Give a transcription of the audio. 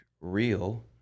real